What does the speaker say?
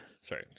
Sorry